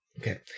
Okay